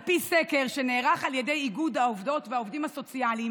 על פי סקר שנערך על ידי איגוד העובדות והעובדים הסוציאליים